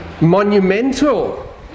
monumental